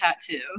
tattoo